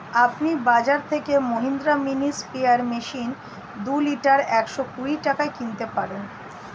আপনি বাজর থেকে মহিন্দ্রা মিনি স্প্রেয়ার মেশিন দুই লিটার একশো কুড়ি টাকায় কিনতে পারবেন